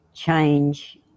Change